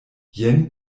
jen